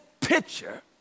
picture